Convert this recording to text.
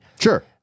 Sure